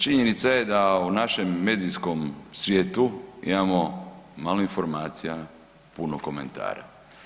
Činjenica je da u našem medijskom svijetu imamo malo informacija, puno komentara.